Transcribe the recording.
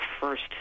first